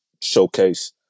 showcase